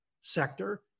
sector